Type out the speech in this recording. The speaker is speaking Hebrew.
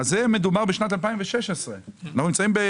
זה 2016. אנחנו עכשיו ב-2022.